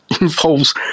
involves